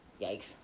yikes